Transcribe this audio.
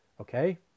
Okay